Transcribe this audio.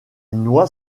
noie